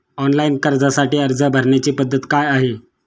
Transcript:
Online कर्जासाठी अर्ज करण्याची पद्धत काय आहे?